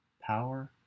Power